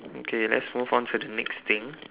okay let's move on to the next thing